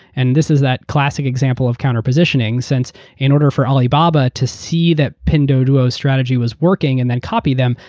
and this is that classic example of counter positioning since in order for alibaba to see that pinduoduo's strategy was working and then copy them,